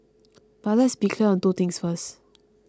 but let's be clear on two things first